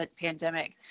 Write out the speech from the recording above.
pandemic